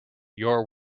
your